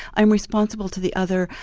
i'm responsible to the other,